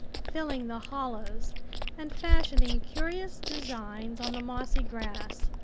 filling the hollows and fashioning curious designs on the mossy grass.